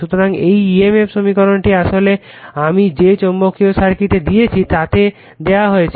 সুতরাং এই emf সমীকরণটি আসলে আমি যে চৌম্বকীয় সার্কিটে দিয়েছি তাতে দেওয়া হয়েছে